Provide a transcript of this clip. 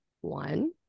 one